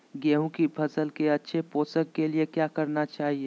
गेंहू की फसल के अच्छे पोषण के लिए क्या करना चाहिए?